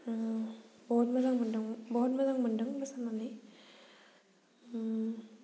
बहुत मोजां मोन्दों मोसानानै